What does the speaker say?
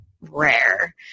rare